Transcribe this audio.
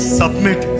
submit